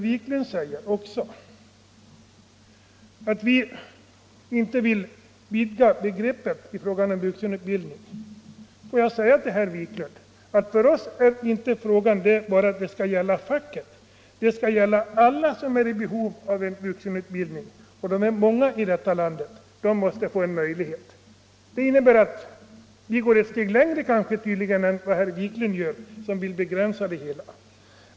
Vidare säger herr Wiklund att vi inte vill vidga begreppet vuxenutbildning. För oss, herr Wiklund, gäller det begreppet inte bara facket, utan det skall gälla alla som är i behov av vuxenutbildning, och de är många i detta land. Alla måste de få en möjlighet. Det innebär att vi tydligen går ett steg längre än vad herr Wiklund gör, som vill begränsa det hela.